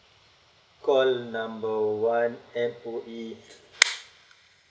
call number one M_O_E